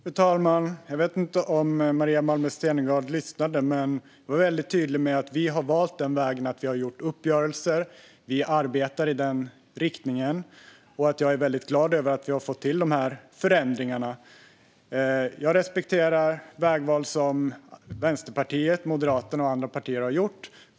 Fru talman! Jag vet inte om Maria Malmer Stenergard lyssnade på mitt anförande, men jag var mycket tydlig med att vi har valt den vägen att vi har gjort uppgörelser och arbetar i den riktningen och att jag är mycket glad över att vi har fått till dessa förändringar. Jag respekterar vägval som Vänsterpartiet, Moderaterna och andra partier har gjort.